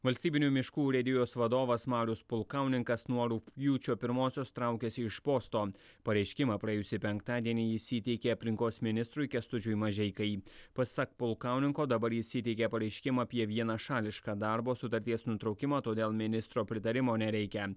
valstybinių miškų urėdijos vadovas marius pulkauninkas nuo rugpjūčio pirmosios traukiasi iš posto pareiškimą praėjusį penktadienį jis įteikė aplinkos ministrui kęstučiui mažeikai pasak pulkauninko dabar jis įteikė pareiškimą apie vienašališką darbo sutarties nutraukimą todėl ministro pritarimo nereikia